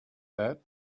that